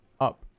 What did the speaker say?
up